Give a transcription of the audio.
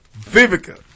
Vivica